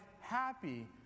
happy